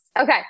okay